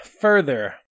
further